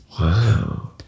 Wow